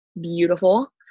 beautiful